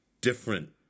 different